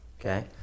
Okay